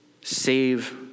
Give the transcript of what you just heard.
save